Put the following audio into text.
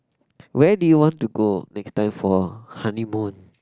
where do you want to go next time for a honeymoon